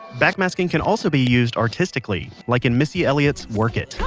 backmasking can also be used artistically, like in missy elliot's work it.